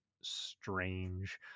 strange